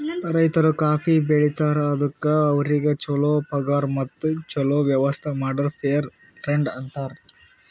ರೈತರು ಕಾಫಿ ಬೆಳಿತಾರ್ ಅದುಕ್ ಅವ್ರಿಗ ಛಲೋ ಪಗಾರ್ ಮತ್ತ ಛಲೋ ವ್ಯವಸ್ಥ ಮಾಡುರ್ ಫೇರ್ ಟ್ರೇಡ್ ಅಂತಾರ್